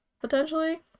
potentially